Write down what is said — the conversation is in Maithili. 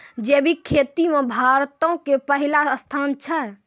जैविक खेती मे भारतो के पहिला स्थान छै